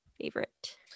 favorite